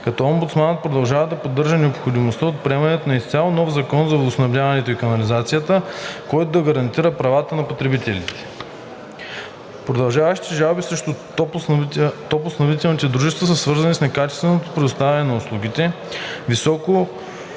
като омбудсманът продължава да поддържа необходимостта от приемане на изцяло нов Закон за водоснабдяването и канализацията, който да гарантира правата на потребителите. Продължаващите жалби срещу топлоснабдителните дружества са свързани с некачествено предоставяне на услугите, високи